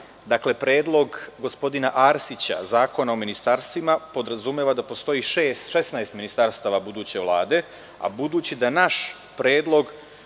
Dakle, predlog gospodina Arsića Zakona o ministarstvima podrazumeva da postoji 16 ministarstava buduće Vlade, a budući da naš predlog